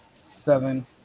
Seven